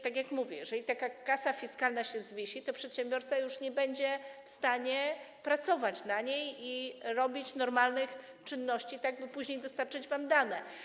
Tak jak mówię, jeżeli taka kasa fiskalna się zawiesi, to przedsiębiorca już nie będzie w stanie pracować na niej ani wykonywać normalnych czynności, tak by później dostarczyć wam dane.